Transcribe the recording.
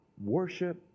worship